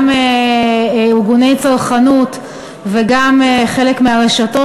גם ארגוני צרכנות וגם חלק מהרשתות,